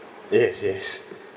yes yes